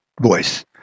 voice